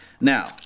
Now